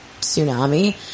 tsunami